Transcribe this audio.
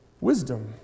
Wisdom